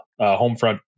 Homefront